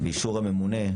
באישור הממונה,